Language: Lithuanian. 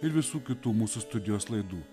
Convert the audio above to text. ir visų kitų mūsų studijos laidų